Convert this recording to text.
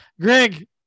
Greg